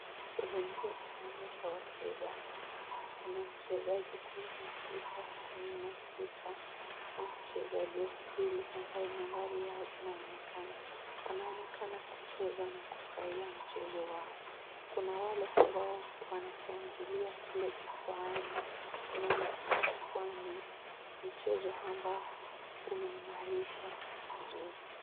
Sehemu hii inaonyesha wachezaji. Kuna mchezaji kumi na tisa, kumi na sita na mchezaji wa pili ambao nambari yao inaonekana. Wanaonekana kucheza na kufurahia mchezo wao. Kuna wale ambao wanashangilia kule jukwaani. Inaonekana kuwa ni mchezo ambao umeimarishwa vizuri.